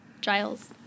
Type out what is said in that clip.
Giles